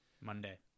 Monday